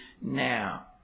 now